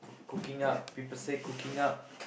cooking up people say cooking up